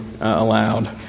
allowed